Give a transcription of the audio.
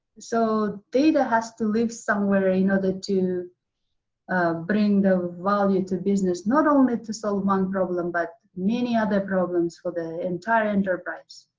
so data has to live somewhere in order to bring the value to business. not only to solve one problem, but many other problems for the entire enterprise.